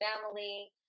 family